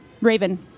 Raven